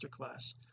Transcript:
masterclass